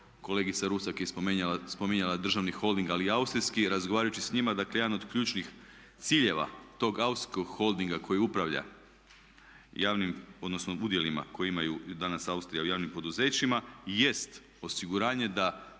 kolegica Rusak je spominjala državni holding ali i austrijski i razgovarajući s njima dakle jedan od ključnih ciljeva tog austrijskog holdinga koji upravlja javnim odnosno udjelima koje imaju danas Austrija u javnim poduzećima jest osiguranje da